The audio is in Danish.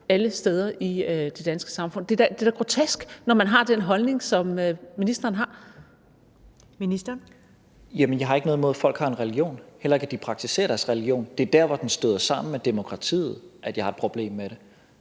Ministeren. Kl. 14:43 Udlændinge- og integrationsministeren (Mattias Tesfaye): Jamen jeg har ikke noget imod, at folk har en religion, og heller ikke, at de praktiserer deres religion. Det er der, hvor den støder sammen med demokratiet, at jeg har et problem med det.